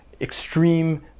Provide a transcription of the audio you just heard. extreme